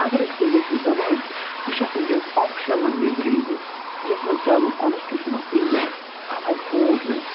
اگر أسۍ وُچھَو یۄس یہِ زبان چھِ یہِ چھِ اَکھ ؤنکیٚنس آفِشَل لَنٛگویج ریجنٕچ یَتھ منٛز کیٛاہ گوٚو کانَسٹیوٗشَن آف اِنٛڈِیاہَس اَتھ آیہِ ہوپ دِنہٕ